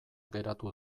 geratu